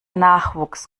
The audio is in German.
nachwuchs